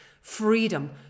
Freedom